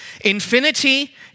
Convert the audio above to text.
Infinity